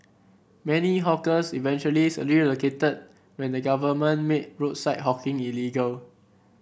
many hawkers eventually relocated when the government made roadside hawking illegal